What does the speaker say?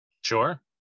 Sure